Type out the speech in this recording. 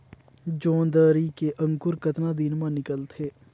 जोंदरी के अंकुर कतना दिन मां निकलथे?